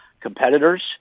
competitors